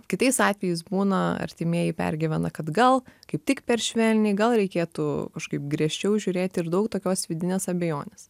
kitais atvejais būna artimieji pergyvena kad gal kaip tik per švelniai gal reikėtų kažkaip griežčiau žiūrėti ir daug tokios vidinės abejonės